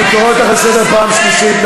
אני קורא אותך לסדר פעם שלישית.